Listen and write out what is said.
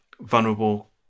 vulnerable